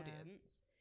audience